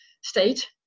state